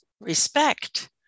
respect